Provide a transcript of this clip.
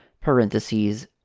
parentheses